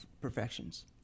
perfections